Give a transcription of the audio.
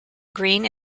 green